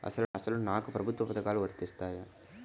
అసలు నాకు ప్రభుత్వ పథకాలు వర్తిస్తాయా?